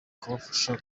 kubafasha